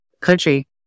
country